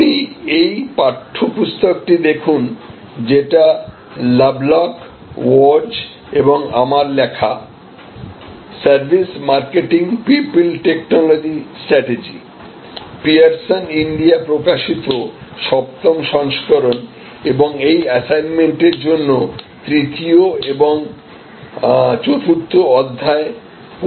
আপনি এই পাঠ্যপুস্তকটি দেখুন যেটা লাভলক ওয়ার্টজ এবং আমার লেখা "Services marketing people technology strategy" Pearson India প্রকাশিত সপ্তম সংস্করণএবং এই এসাইনমেন্টর জন্য তৃতীয় এবং চতুর্থ অধ্যায় পড়তে পারেন